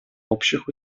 общих